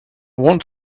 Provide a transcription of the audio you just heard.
want